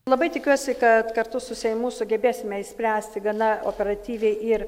labai tikiuosi kad kartu su seimu sugebėsime išspręsti gana operatyviai ir